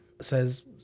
says